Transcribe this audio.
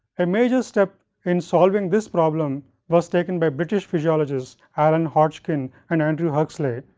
a major step in solving this problem was taken by british physiologist, alan aodgkin and andrew huxley,